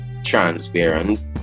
Transparent